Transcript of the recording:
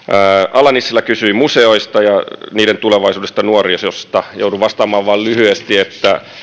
ala nissilä kysyi museoista ja niiden tulevaisuudesta nuorisosta joudun vastaamaan vain lyhyesti että